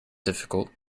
difficult